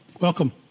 welcome